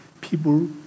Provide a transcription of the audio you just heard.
people